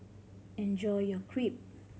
enjoy your Crepe